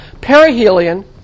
Perihelion